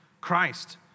Christ